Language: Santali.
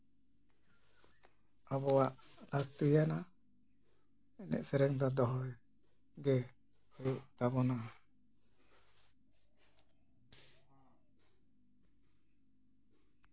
ᱟᱵᱚᱣᱟᱜ ᱞᱟᱹᱠᱛᱤᱭᱟᱱᱟ ᱮᱱᱮᱡ ᱥᱮᱨᱮᱧ ᱫᱚ ᱫᱚᱦᱚ ᱜᱮ ᱦᱳᱭᱳᱜ ᱛᱟᱵᱚᱱᱟ